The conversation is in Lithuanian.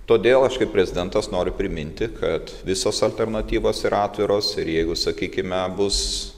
todėl aš kaip prezidentas noriu priminti kad visos alternatyvos yra atviros ir jeigu sakykime bus